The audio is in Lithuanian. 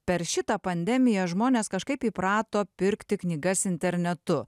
per šitą pandemiją žmonės kažkaip įprato pirkti knygas internetu